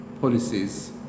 policies